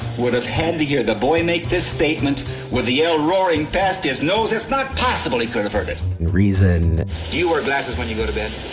would have had to hear the boy make this statement with the yale roaring past. yes. knows it's not possibly going to hurt it. the reason you are glass is when you go to bed